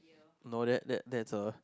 no that that that a